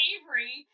Avery